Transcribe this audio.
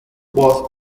both